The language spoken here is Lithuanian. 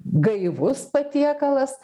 gaivus patiekalas